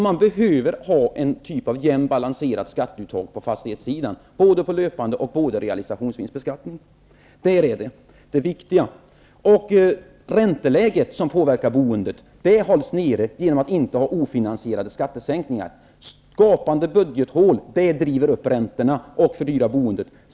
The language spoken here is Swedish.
Man behöver alltså ha en typ av jämnt, balanserat skatteuttag på fastighetssidan både på det löpande och på realisationsvinstsbeskattningen. Det är det viktiga. Ränteläget som påverkar boendet hålls nere genom att man inte har ofinansierade skattesänkningar. Budgethål driver upp räntorna och fördyrar boendet.